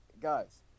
guys